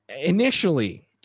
initially